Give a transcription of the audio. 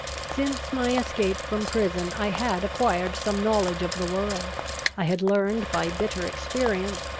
since my escape from prison i had acquired some knowledge of the world i had learned by bitter experience,